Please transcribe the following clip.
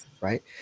right